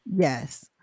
Yes